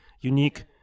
unique